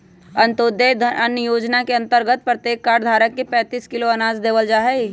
अंत्योदय अन्न योजना के अंतर्गत प्रत्येक कार्ड धारक के पैंतीस किलो अनाज देवल जाहई